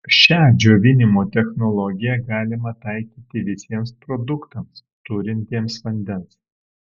šią džiovinimo technologiją galima taikyti visiems produktams turintiems vandens